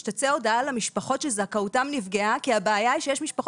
שתצא הודעה למשפחות שזכאותן נפגעה כי הבעיה היא שיש משפחות